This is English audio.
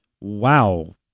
Wow